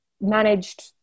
managed